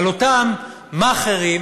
אבל אותם מאכערים